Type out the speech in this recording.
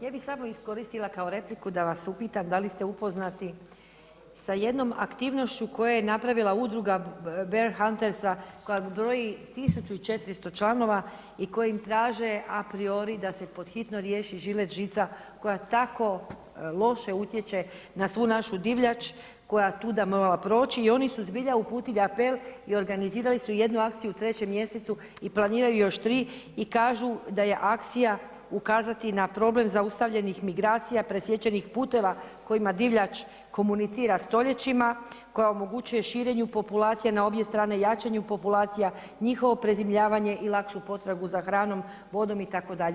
Ja bi samo iskoristila kao repliku, da vas upitam da li ste upoznati sa jednom aktivnošću koje je napravila udruga Bear Hunter-sa koja broji 1400 članova i koji im traži apriori da se pod hitno riješi žilet žica koja tako loše utječe na svu našu divljač, koja je tuda morala proći i oni su zbilja uputili apel i organizirali su jednu akciju u trećem mjesecu i planiraju još tri i kažu da je akcija ukazati na problem zaustavljenih migracija presječenih puteva kojima divljač komunicira stoljećima, koja omogućuje širenju populacija na obje strane, jačanju populacija, njihovo prezimljavanje i lakšu potragu za hranom, itd.